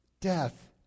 death